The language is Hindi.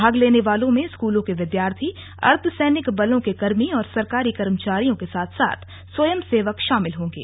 भाग लेने वालों में स्कूलों के विद्यार्थी अर्धसैनिकों बलों के कर्मी और सरकारी कर्मचारियों के साथ साथ स्वयंसेवक शामिल होंगे